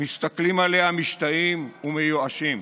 מסתכלים עליה משתאים ומיואשים.